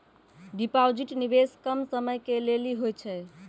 Deposit निवेश कम समय के लेली होय छै?